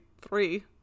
three